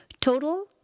Total